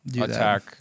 attack